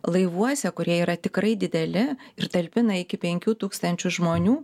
laivuose kurie yra tikrai dideli ir talpina iki penkių tūkstančių žmonių